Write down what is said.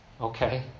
Okay